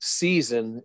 season